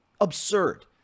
Absurd